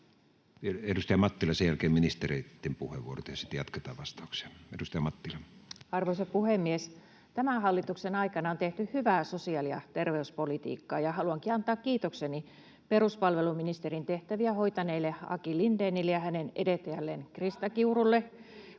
Edustaja Mattila ja sen jälkeen ministereitten puheenvuorot, ja sitten jatketaan vastauspuheenvuoroja. — Edustaja Mattila. Arvoisa puhemies! Tämän hallituksen aikana on tehty hyvää sosiaali- ja terveyspolitikkaa, ja haluankin antaa kiitokseni peruspalveluministerin tehtäviä hoitaneille Aki Lindénille ja hänen edeltäjälleen Krista Kiurulle